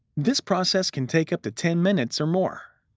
this process can take up to ten minutes or more.